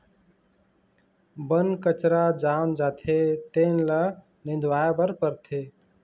बन कचरा जाम जाथे तेन ल निंदवाए बर परथे